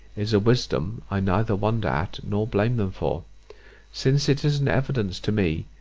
is a wisdom i neither wonder at, nor blame them for since it is an evidence to me,